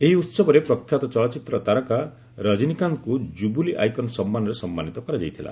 ଏହି ଉତ୍ସବରେ ପ୍ରଖ୍ୟାତ ଚଳଚ୍ଚିତ୍ର ତାରକା ରଜିନୀକାନ୍ତଙ୍କୁ ଜୁବ୍ଲି ଆଇକନ୍ ସମ୍ମାନରେ ସମ୍ମାନିତ କରାଯାଇଥିଲା